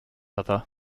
other